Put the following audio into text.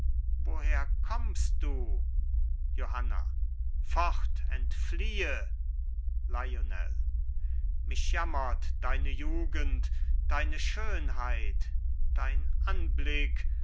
woher kommst du johanna fort entfliehe lionel mich jammert deine jugend deine schönheit dein anblick